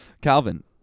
Calvin